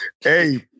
Hey